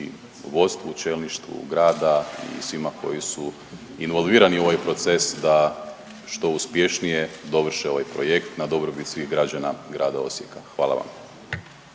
i vodstvu, čelništvu grada i svima koji su involvirani u ovaj proces da što uspješnije dovrše ovaj projekt na dobrobit svih građana Grada Osijeka. Hvala vam.